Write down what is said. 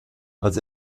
als